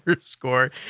score